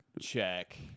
Check